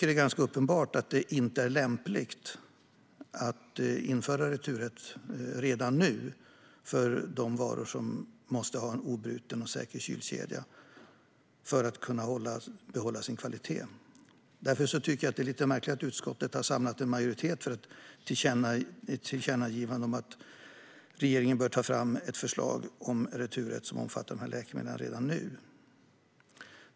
Det är ganska uppenbart att det inte är lämpligt att redan nu införa returrätt för varor som måste ha en obruten och säker kylkedja för att behålla sin kvalitet. Därför tycker jag att det är lite märkligt att utskottet har samlat en majoritet för ett tillkännagivande om att regeringen bör ta fram ett förslag om returrätt som omfattar dessa läkemedel redan nu.